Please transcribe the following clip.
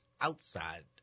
outside